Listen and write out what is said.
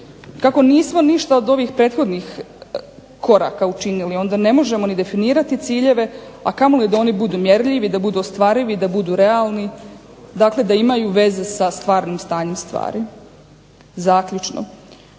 Kako nismo ništa od ovih prethodnih koraka učinili, onda ne možemo ni definirati ciljeve, a kamoli da oni budu mjerljivi, da budu ostvarivi, da budu realni, dakle da imaju veze sa stvarnim stanjem stvari. Zaključno.